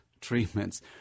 treatments